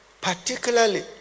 Particularly